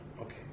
okay